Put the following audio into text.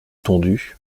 tondu